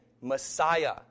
Messiah